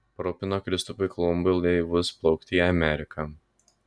parūpino kristupui kolumbui laivus plaukti į ameriką